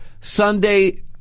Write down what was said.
Sunday